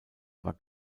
war